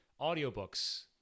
audiobooks